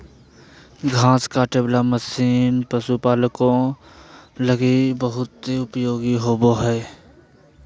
घास काटे वाला मशीन पशुपालको लगी बहुत उपयोगी होबो हइ